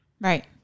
right